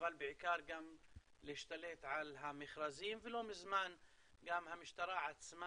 אבל בעיקר להשתלט על המכרזים ולא מזמן המשטרה עצמה